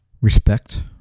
respect